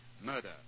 Murder